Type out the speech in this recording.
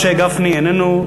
משה גפני, איננו.